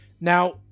Now